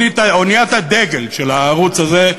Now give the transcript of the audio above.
אוניית הדגל של הערוץ הזה,